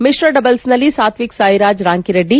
ಮಿಶ್ರ ಡಬಲ್ಸ್ನಲ್ಲಿ ಸಾತ್ವಿಕ್ ಸಾಯಿರಾಜ್ ರಾಂಕಿರೆಡ್ಡಿ